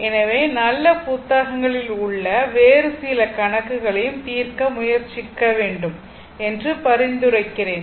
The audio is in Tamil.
எனவே நல்ல புத்தகங்களில் உள்ள வேறு சில கணக்குகளையும் தீர்க்க முயற்சிக்க வேண்டும் என்று பரிந்துரைக்கிறேன்